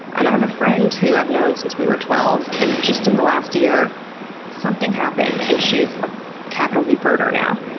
and i have a friend who i've known since we were twelve, and just in the last year something happened, and she is a capital-b birder now.